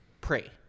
pray